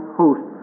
host